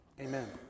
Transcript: Amen